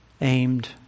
aimed